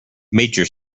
major